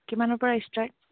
কিমানৰ পৰা ষ্টাৰ্ট